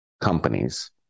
companies